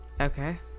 Okay